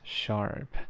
sharp